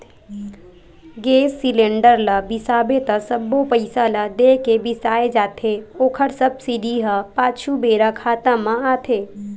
गेस cylinder ल बिसाबे त सबो पइसा ल दे के बिसाए जाथे ओखर सब्सिडी ह पाछू बेरा खाता म आथे